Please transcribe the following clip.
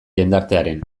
jendartearen